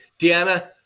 Deanna